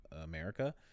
America